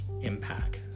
Impact